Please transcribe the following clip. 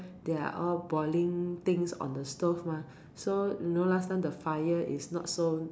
they are all boiling things on the stove mah so you know last time the fire is not so